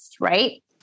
right